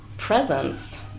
presence